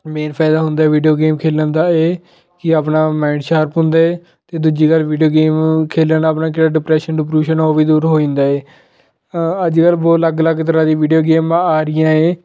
main ਫ਼ਾਇਦਾ ਹੁੰਦਾ video game ਖੇਡਣ ਦਾ ਇਹ ਕਿ ਆਪਣਾ ਮਾਇੰਡ ਸ਼ਾਰਪ ਹੁੰਦਾ ਹੈ ਅਤੇ ਦੂਜੀ ਗੱਲ ਵੀਡੀਓ ਗੇਮ ਖੇਡਣ ਨਾਲ ਆਪਣਾ ਜਿਹੜਾ ਡਿਪਰੈਸ਼ਨ ਡੁਪਰੈਸ਼ਨ ਉਹ ਵੀ ਦੂਰ ਹੋ ਜਾਂਦਾ ਹੈ ਅੱਜ ਕੱਲ੍ਹ ਬਹੁਤ ਅਲੱਗ ਅਲੱਗ ਤਰ੍ਹਾਂ ਦੀ ਵੀਡੀਓ ਗੇਮਾਂ ਆ ਰਹੀਆਂ ਹੈ